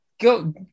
go